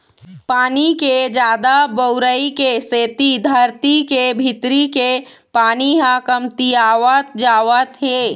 पानी के जादा बउरई के सेती धरती के भीतरी के पानी ह कमतियावत जावत हे